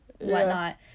whatnot